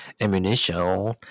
ammunition